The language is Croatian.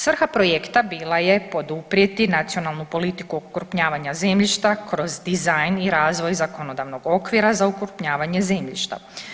Svrha projekta bila je poduprijeti nacionalnu politiku okrupnjavanja zemljišta kroz dizajn i razvoj zakonodavnog okvira za okrupnjavanje zemljišta.